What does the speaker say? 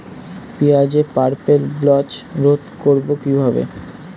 পেঁয়াজের purple blotch রোধ করবো কিভাবে?